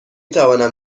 توانم